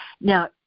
now